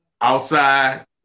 Outside